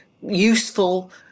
useful